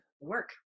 work